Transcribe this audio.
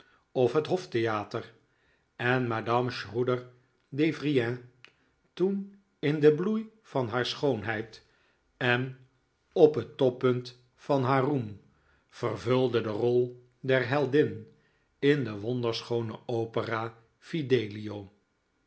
of het hoftheater en madame schroeder devrient toen in den bloei van haar schoonheid en op het toppunt van haar roem vervulde de rol der heldin in de wonderschoone opera de